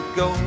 go